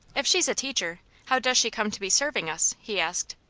if she's a teacher, how does she come to be serving us? he asked.